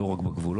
לא רק בגבולות.